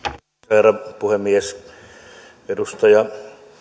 herra puhemies edustaja